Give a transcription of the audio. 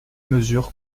mesure